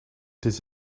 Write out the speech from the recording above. this